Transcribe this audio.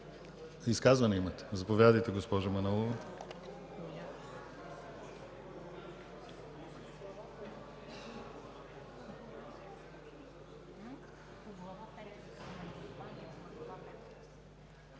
Изказвания? Заповядайте, госпожо Манолова.